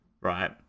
right